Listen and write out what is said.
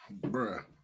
Bruh